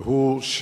והוא: